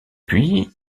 puis